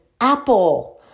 apple